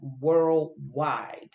worldwide